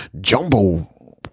jumbo